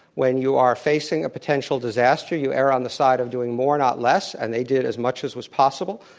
when you are facing a potential disaster you err on the side of doing more, not less. and they did as much as was possible.